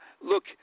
look